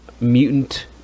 mutant